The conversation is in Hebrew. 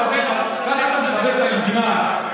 ככה אתה מכבד את המדינה.